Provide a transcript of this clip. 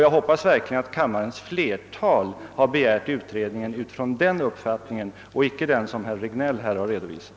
Jag hoppas verkligen att kammarens flertal har stött utredningskravet utifrån den uppfattningen och icke från den som herr Regnéll redovisat.